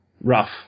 rough